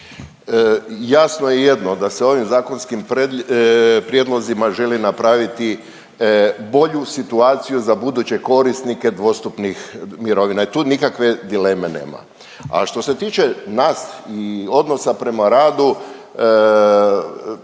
Jasno je jedno da se ovim zakonskim prijedlozima želi napraviti bolju situaciju za buduće korisnike dvostupnih mirovina i tu nikakve dileme nema. A što se tiče nas i odnosa prema radu,